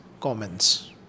comments